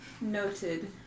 noted